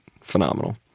Phenomenal